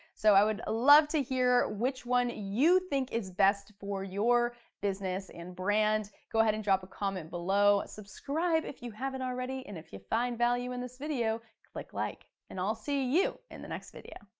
so i would love to hear which one you think is best for your business and brand. go ahead and drop a comment below. subscribe if you haven't already, and if you find value in this video, click like, and i'll see you in the next video.